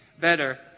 better